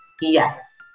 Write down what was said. Yes